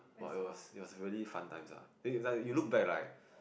!wah! it was it was really fun times lah like when you look back like